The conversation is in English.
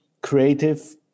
creative